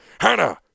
Hannah